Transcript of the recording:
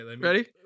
Ready